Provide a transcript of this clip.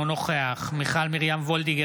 אינו נוכח מיכל מרים וולדיגר,